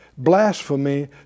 blasphemy